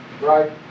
right